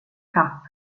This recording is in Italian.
cap